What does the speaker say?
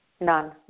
none